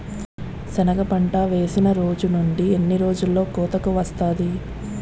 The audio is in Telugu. సెనగ పంట వేసిన రోజు నుండి ఎన్ని రోజుల్లో కోతకు వస్తాది?